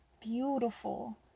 beautiful